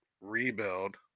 rebuild